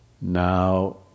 Now